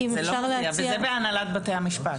זה לא מופיע, וזה בהנהלת בתי המשפט.